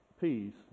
peace